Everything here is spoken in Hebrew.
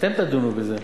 אתם תדונו בזה,